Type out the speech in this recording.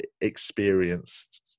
experienced